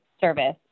service